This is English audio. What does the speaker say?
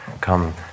come